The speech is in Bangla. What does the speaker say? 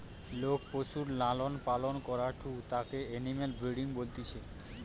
লোক পশুর লালন পালন করাঢু তাকে এনিম্যাল ব্রিডিং বলতিছে